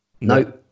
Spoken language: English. No